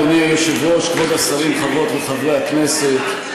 אדוני היושב-ראש, כבוד השרים, חברות וחברי הכנסת.